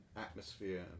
atmosphere